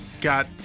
got